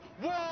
one